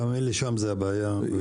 שם זו הבעיה.